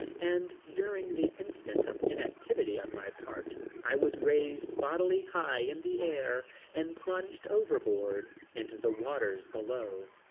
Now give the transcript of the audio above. and during the instant of inactivity on my part i was raised bodily high in the air and plunged overboard into the waters below.